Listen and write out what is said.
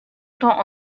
temps